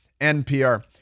NPR